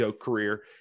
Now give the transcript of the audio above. career